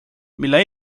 mille